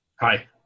hi